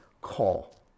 call